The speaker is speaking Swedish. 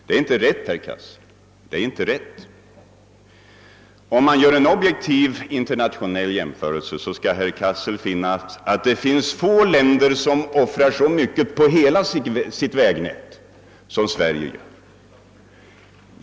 Det är inte riktigt, herr Cassel. Vid en objektiv internationell jämförelse skall herr Cassel finna att få länder offrar så mycket på hela sitt vägnät som Sverige.